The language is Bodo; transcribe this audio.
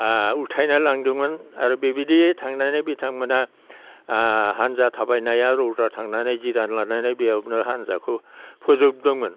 उथायना लांदोंमोन आरो बेबायदियै थांनानै बिथांमोना हानजा थाबायनाया रौता थांनानै जिरान लानानै बेयावनो हानजाखौ फोजोबदोंमोन